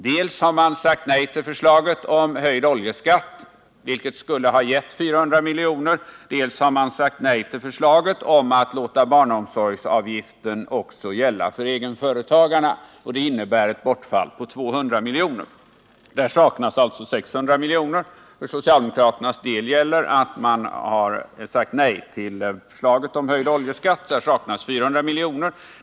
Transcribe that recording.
Dels har centern sagt nej till förslaget om en höjd oljeskatt — vilket skulle ha givit 400 miljoner, dels har centern sagt nej till förslaget att låta barnomsorgsavgiften gälla för egenföretagarna. Det innebär ett bortfall på 200 miljoner. Det saknas alltså totalt 600 miljoner. För socialdemokraternas del gäller att man har sagt nej till förslaget om höjd oljeskatt. Det innebär ett bortfall på 400 miljoner.